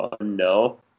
no